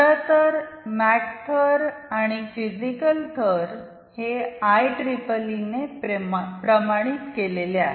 खरंतर तर मेक थर आणि फिजिकल थर हे आयइइइ नी प्रमाणित केलेले आहेत